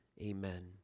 Amen